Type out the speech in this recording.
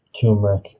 turmeric